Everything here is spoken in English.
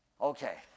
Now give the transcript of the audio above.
Okay